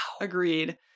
Agreed